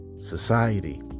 society